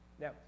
Now